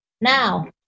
Now